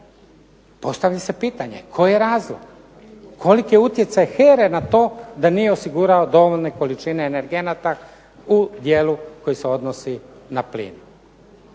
Postavlja se pitanje koji je razlog? Koliki je utjecaj HERA-e na to da nije osigurao dovoljne količine energenata u dijelu koji se odnosi na plin.